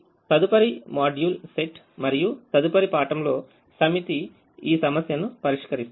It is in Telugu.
కాబట్టి తదుపరి మాడ్యూల్ సెట్ మరియు తదుపరి పాఠంలో సమితి ఈ సమస్యను పరిష్కరిస్తాయి